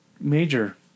major